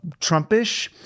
Trumpish